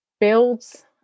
builds